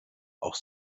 auch